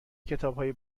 کتابهای